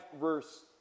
verse